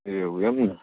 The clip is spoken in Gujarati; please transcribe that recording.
એવું એમ ને